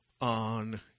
on